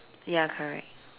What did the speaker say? ya correct